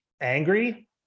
angry